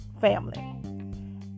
family